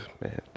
man